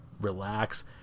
relax